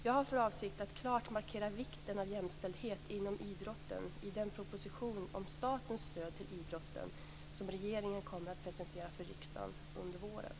Jag har för avsikt att klart markera vikten av jämställdhet inom idrotten i den proposition om statens stöd till idrotten som regeringen kommer att presentera för riksdagen under våren.